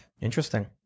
Interesting